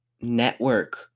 network